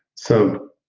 so,